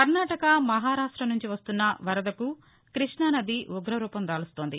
కర్ణాటక మహారాష్ట నుంచి వస్తున్న వరదకు కృష్ణునది ఉగ్రరూపం దాలుస్తోంది